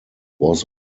was